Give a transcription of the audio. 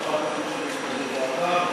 ההצעה להעביר את הנושא לוועדת העבודה,